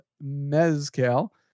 mezcal